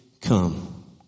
come